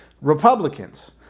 Republicans